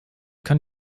kann